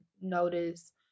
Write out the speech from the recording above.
notice